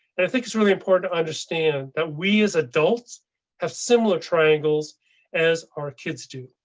and i think it's really important to understand that we as adults have similar triangles as our kids do.